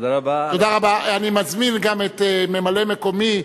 אני מזמין את ממלא-מקומי,